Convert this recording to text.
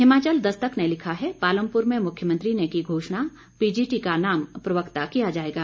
हिमाचल दस्तक ने लिखा है पालमपुर में मुख्यमंत्री ने की घोषणा पीजीटी का नाम प्रवक्ता किया जाएगा